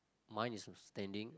mine is uh standing